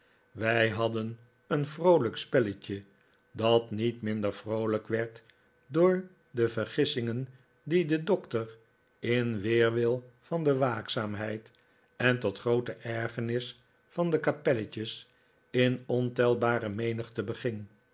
wij hadden een vroolijk spelletje dat niet minder vroolijk werd door de vergissingen die de doctor in weerwil van de waakzaamheid en tot groote ergernis van de kapelletjes in ontelbare menigte beging